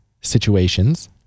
situations